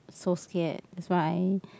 so scared that's why